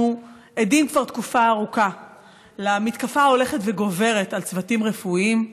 אנחנו עדים כבר תקופה ארוכה למתקפה ההולכת וגוברת על צוותים רפואיים.